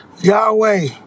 Yahweh